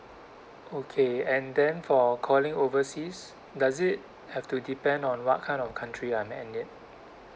okay and then for calling overseas does it have to depend on what kind of country I'm